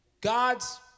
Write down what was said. God's